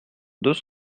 deux